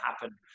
happen